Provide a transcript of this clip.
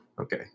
okay